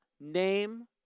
name